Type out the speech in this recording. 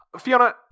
Fiona